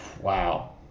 Wow